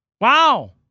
wow